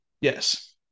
Yes